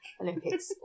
Olympics